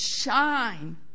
Shine